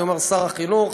אני אומר: שר החינוך.